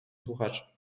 słuchacze